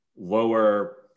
lower